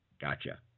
gotcha